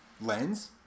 lens